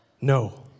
no